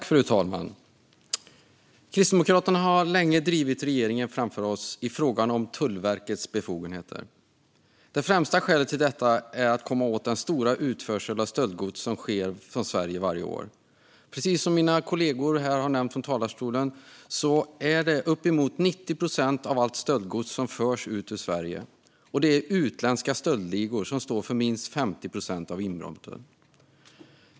Fru talman! Kristdemokraterna har länge drivit regeringen framför sig i frågan om Tullverkets befogenheter. Det främsta skälet till detta är att komma åt den stora utförsel av stöldgods som sker från Sverige varje år. Precis som mina kollegor nämnt här från talarstolen är det uppemot 90 procent av allt stöldgods som förs ut ur Sverige, och det är utländska stöldligor som står för minst 50 procent av inbrotten.